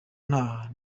ntaha